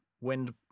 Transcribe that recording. wind